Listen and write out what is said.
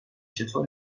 چطور